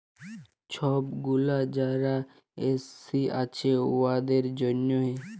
ছব গুলা যারা এস.সি আছে উয়াদের জ্যনহে